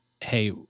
hey